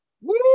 Woo